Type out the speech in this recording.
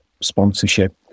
sponsorship